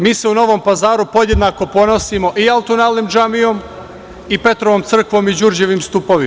Mi se u Novom Pazaru podjednako ponosimo i Altun-alem džamijom i Petrovom crkvom i Đurđevim Stupovima.